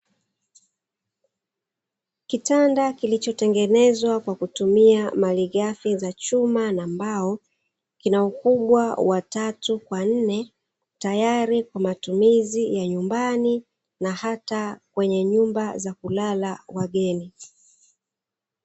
Kitanda kilichotengenezwa kwa kutumia malighafi za chuma na mbao, kina ukubwa wa tatu kwa nne, tayari kwa matumizi ya nyumbani na hata kwenye nyumba za kulala wageni.